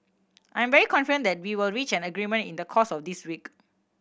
I'm very confident that we will reach an agreement in the course of this week